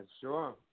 sure